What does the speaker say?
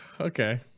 Okay